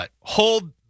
hold